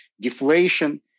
deflation